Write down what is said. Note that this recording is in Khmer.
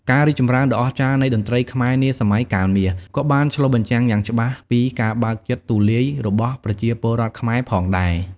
ការរីកចម្រើនដ៏អស្ចារ្យនៃតន្ត្រីខ្មែរនាសម័យកាលមាស ក៏បានឆ្លុះបញ្ចាំងយ៉ាងច្បាស់ពី ការបើកចិត្តទូលាយរបស់ប្រជាពលរដ្ឋខ្មែរ ផងដែរ។